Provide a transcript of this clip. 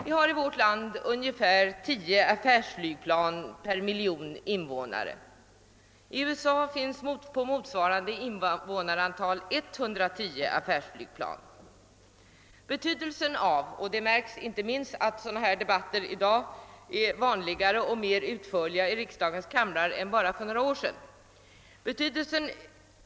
Vi har i vårt land ungefär tio affärsflygplan per miljon invånare. I USA finns på motsvarande invånarantal 110 affärsflygplan. Betydelsen av allmänflyget märks inte minst av att sådana här debatter i riksdagens kamrar i dag är vanligare och mera omfattande än bara för något år sedan.